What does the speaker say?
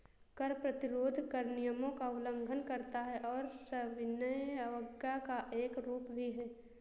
कर प्रतिरोध कर नियमों का उल्लंघन करता है और सविनय अवज्ञा का एक रूप भी है